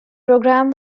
program